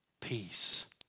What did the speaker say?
peace